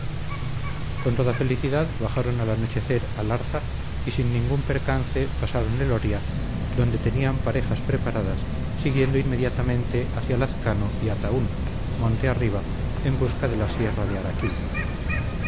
con toda felicidad bajaron al anochecer a larza y sin ningún percance pasaron el oria donde tenían parejas preparadas siguiendo inmediatamente hacia lazcano y ataún monte arriba en busca de la sierra de araquil